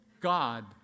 God